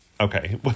Okay